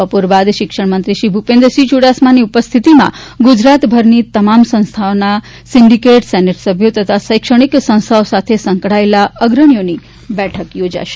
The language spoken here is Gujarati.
બપોર બાદ શિક્ષણમંત્રી શ્રી ભુપેન્દ્રસિંહ ચુડાસમાની ઉપસ્થિતિમાં ગુજરાતભરની તમામ સંસ્થાઓના સીન્ડીકેટ સેનેટ સભ્યો તથા શૈક્ષક્ષિક સંસ્થાઓ સાથે સંકળાયેલા અગ્રણીઓની બેઠક યોજાશે